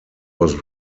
was